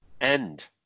end